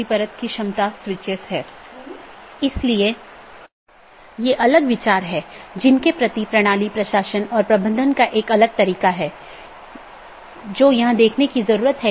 और अगर आप फिर से याद करें कि हमने ऑटॉनमस सिस्टम फिर से अलग अलग क्षेत्र में विभाजित है तो उन क्षेत्रों में से एक क्षेत्र या क्षेत्र 0 बैकबोन क्षेत्र है